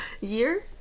year